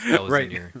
Right